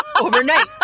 overnight